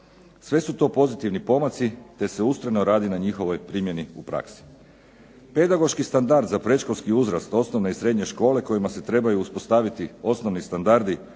Sve su to pozitivni pomaci te se ustrajno radi na njihovoj primjeni u praksi. Pedagoški standard za predškolski uzrast, osnovne i srednje škole kojima se trebaju uspostaviti osnovni standardi